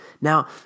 Now